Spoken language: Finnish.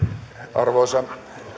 arvoisa